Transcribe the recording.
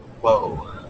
Whoa